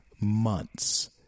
months